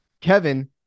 Kevin